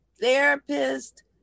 therapist